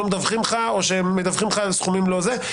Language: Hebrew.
מדווחים לך או שהם מדווחים לך על סכומים לא מתאימים,